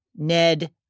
Ned